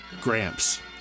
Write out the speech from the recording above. Gramps